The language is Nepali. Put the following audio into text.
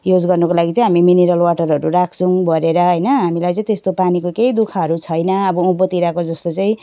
युज गर्नको लागि चाहिँ हामी मिनरल वाटरहरू राख्छौँ भरेर होइन हामीलाई चाहिँ त्यस्तो पानीको केही दुःखहरू छैन अब उँभोतिरको जस्तो चाहिँ